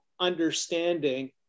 understanding